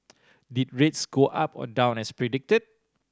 did rates go up or down as predicted